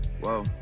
whoa